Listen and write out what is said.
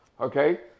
Okay